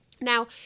now